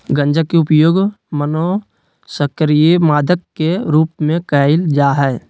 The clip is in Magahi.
गंजा के उपयोग मनोसक्रिय मादक के रूप में कयल जा हइ